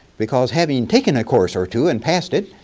because having taken a course or two and passed it,